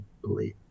believe